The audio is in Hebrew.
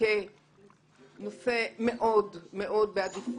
כנושא מאוד בעדיפות.